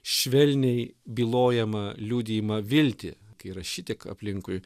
švelniai bylojamą liudijimą viltį kai yra šitiek aplinkui